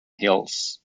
hills